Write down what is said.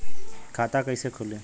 खाता कईसे खुली?